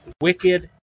wicked